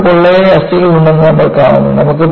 പക്ഷികൾക്ക് പൊള്ളയായ അസ്ഥികളുണ്ടെന്ന് നമ്മൾ കാണുന്നു